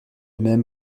même